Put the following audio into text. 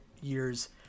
years